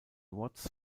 watts